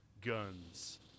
Guns